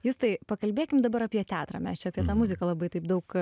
justai pakalbėkim dabar apie teatrą mes čia apie tą muzika labai taip daug